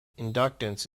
inductance